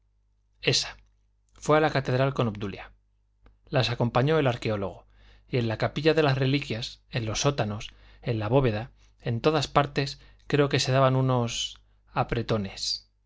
esa fue a la catedral con obdulia las acompañó el arqueólogo y en la capilla de las reliquias en los sótanos en la bóveda en todas partes creo que se daban unos